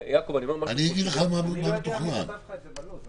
כדי להשוות למצב הקיים היום,